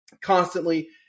constantly